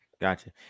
Gotcha